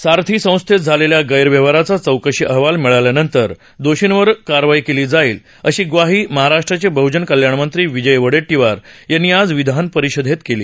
सारथी संस्थेत झालेल्या गैरव्यवहाराचा चौकशी अहवाल मिळाल्यानंतर दोषींवर कारवाई केली जाईल अशी ग्वाही महाराष्ट्राचे बहजन कल्याणमंत्री विजय वडेट्टीवार यांनी आज विधानपरिषदेत दिली